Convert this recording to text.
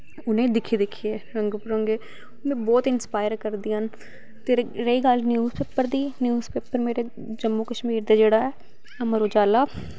उने दिक्खी दिक्खियै रंग बरंगे मिकी बहुत इंस्पायर करदियां न ते रेही गल्ल न्यूज़ पेपर दी न्यूज़ पेपर मेरा जम्मू कशमीर दा जेह्ड़ा ऐ अमर ऊजाला